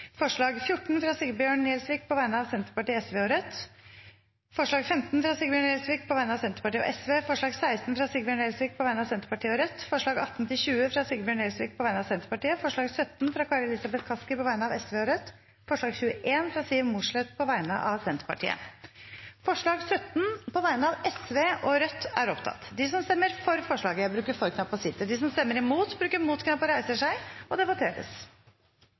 forslag nr. 14, fra Sigbjørn Gjelsvik på vegne av Senterpartiet, Sosialistisk Venstreparti og Rødt forslag nr. 15, fra Sigbjørn Gjelsvik på vegne av Senterpartiet og Sosialistisk Venstreparti forslag nr. 16, fra Sigbjørn Gjelsvik på vegne av Senterpartiet og Rødt forslagene nr. 18–20, fra Sigbjørn Gjelsvik på vegne av Senterpartiet forslag nr. 17, fra Kari Elisabeth Kaski på vegne av Sosialistisk Venstreparti og Rødt forslag nr. 21, fra Siv Mossleth på vegne av Senterpartiet Det voteres over forslag nr.17, fra Sosialistisk Venstreparti og Rødt. Forslaget lyder: «Stortinget ber regjeringen utrede om bankenes kredittgivning er samfunnsøkonomisk gunstig og vurdere om det